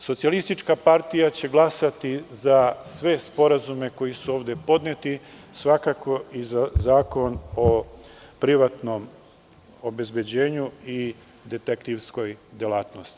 Socijalistička partija Srbije će glasati za sve sporazume koji su ovde podneti, svakako i za zakon o privatnom obezbeđenju i detektivskoj delatnosti.